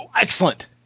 Excellent